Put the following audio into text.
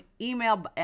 email